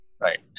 right